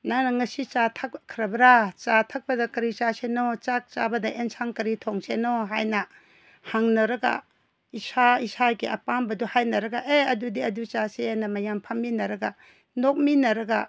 ꯅꯪꯅ ꯉꯁꯤ ꯆꯥ ꯊꯛꯈ꯭ꯔꯕꯔꯥ ꯆꯥ ꯊꯛꯄꯗ ꯀꯔꯤ ꯆꯥꯁꯤꯅꯣ ꯆꯥꯛ ꯆꯥꯕꯗ ꯑꯦꯟꯁꯥꯡ ꯀꯔꯤ ꯊꯣꯡꯁꯤꯅꯣ ꯍꯥꯏꯅ ꯍꯪꯅꯔꯒ ꯏꯁꯥ ꯏꯁꯥꯒꯤ ꯑꯄꯥꯝꯕꯗꯣ ꯍꯥꯏꯅꯔꯒ ꯑꯦ ꯑꯗꯨꯗꯤ ꯑꯗꯨ ꯆꯥꯁꯦꯅ ꯃꯌꯥꯝ ꯐꯝꯃꯤꯟꯅꯔꯒ ꯅꯣꯛꯃꯤꯟꯅꯔꯒ